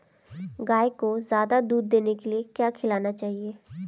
गाय को ज्यादा दूध देने के लिए क्या खिलाना चाहिए?